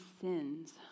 sins